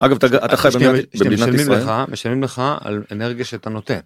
אגב אתה חייב להבין במדינת ישראל… משלמים לך על אנרגיה שאתה נותן.